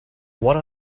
what